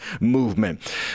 movement